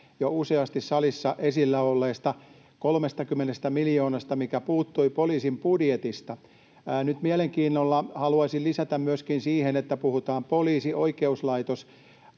jo useasti salissa esillä olleesta 30 miljoonasta, mikä puuttui poliisin budjetista. Nyt mielenkiinnolla haluaisin lisätä myöskin, että kun puhutaan poliisista